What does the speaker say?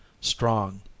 Strong